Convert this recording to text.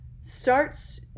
starts